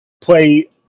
play